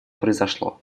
произошло